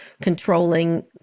controlling